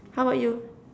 how about you